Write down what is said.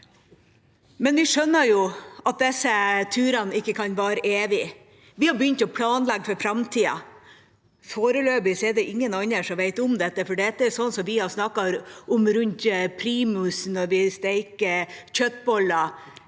Men vi skjønner jo at disse turene ikke kan vare evig. Vi har begynt å planlegge for framtida. Foreløpig er det ingen andre som vet om dette, for dette er sånt som vi har snakket om rundt primusen når vi steker kjøttboller,